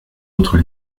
autres